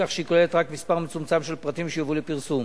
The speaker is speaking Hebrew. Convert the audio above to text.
כך שהיא כוללת רק מספר מצומצם של פרטים שיובאו לפרסום.